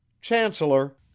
chancellor